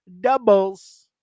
Doubles